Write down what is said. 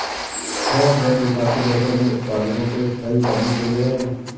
fair trade विकासशील देशों में उत्पादकों को स्थायी करने के लिए है